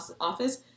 office